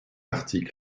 article